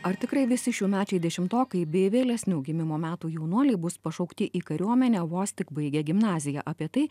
ar tikrai visi šiųmečiai dešimtokai bei vėlesnių gimimo metų jaunuoliai bus pašaukti į kariuomenę vos tik baigę gimnaziją apie tai